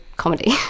comedy